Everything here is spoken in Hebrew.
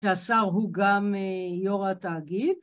השר הוא גם יו"ר התאגיד